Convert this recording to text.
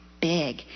big